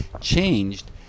changed